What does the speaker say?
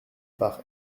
par